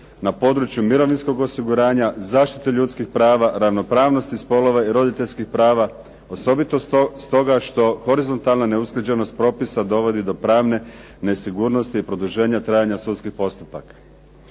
na području mirovinskog osiguranja, zaštite ljudskih prava, ravnopravnosti spolova i roditeljskih prava osobito stoga što horizontalna neusklađenost propisa dovodi do pravne nesigurnosti i produženja trajanja sudskih postupaka.